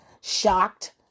shocked